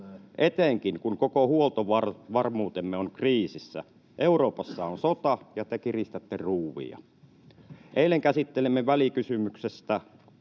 etenkin, kun koko huoltovarmuutemme on kriisissä. Euroopassa on sota, ja te kiristätte ruuvia. Eilen käsittelimme välikysymystä